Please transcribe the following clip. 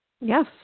Yes